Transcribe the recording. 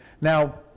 now